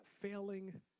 failing